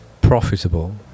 profitable